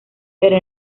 pero